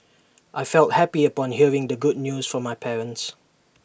I felt happy upon hearing the good news from my parents